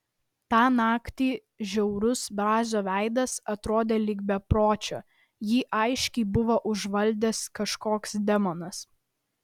tą naktį žiaurus brazio veidas atrodė lyg bepročio jį aiškiai buvo užvaldęs kažkoks demonas